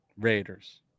raiders